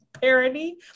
parody